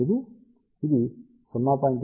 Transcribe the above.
8 మరియు ఇది 0